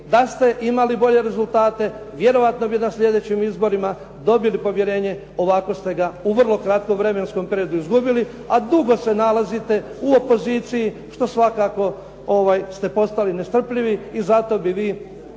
Da ste imali bolje rezultate, vjerojatno bi na sljedećim izborima dobili povjerenje. Ovako ste ga u vrlo kratkom vremenskom periodu izgubili, a dugo se nalazite u opoziciji što svakako ste postali nestrpljivi i zato bi vi